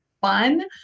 fun